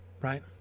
right